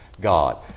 God